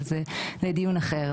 אבל זה כבר לדיון אחר.